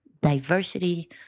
diversity